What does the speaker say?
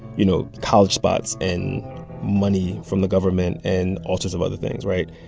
you know, college spots and money from the government and all sorts of other things right?